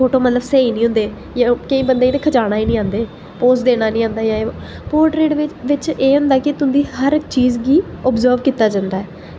photo मतलब स्हेई निं होंदे केईं बंदे ई ते खचाना गै निं आंदे पोज़ देना निं आंदा जां जे बो पोर्ट्रेट बिच एह् होंदा कि तुं'दी हर चीज़ गी अब्ज़र्व कीता जंदा ऐ